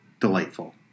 delightful